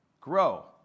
grow